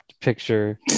picture